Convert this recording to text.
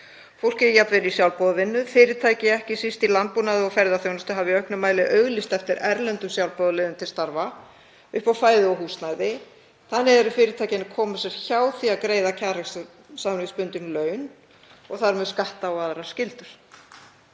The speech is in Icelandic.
fólk er jafnvel í sjálfboðavinnu. Fyrirtæki, ekki síst í landbúnaði og ferðaþjónustu, hafa í auknum mæli auglýst eftir erlendum sjálfboðaliðum til starfa upp á fæði og húsnæði. Þannig koma fyrirtækin sér hjá því að greiða kjarasamningsbundin laun og þar með skatta og aðrar skyldur.